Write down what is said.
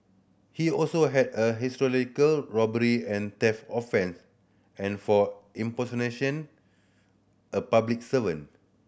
he also had a historical robbery and theft offence and for impersonation a public servant